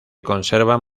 conservan